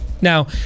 now